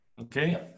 Okay